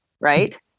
right